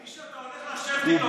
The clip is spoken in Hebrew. מי שאתה הולך לשבת איתו מסכים איתך?